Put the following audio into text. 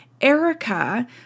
Erica